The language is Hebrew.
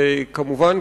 וכמובן,